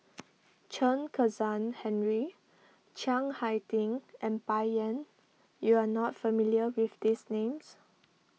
Chen Kezhan Henri Chiang Hai Ding and Bai Yan you are not familiar with these names